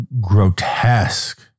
grotesque